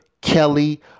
Kelly